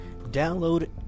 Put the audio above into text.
Download